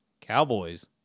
Cowboys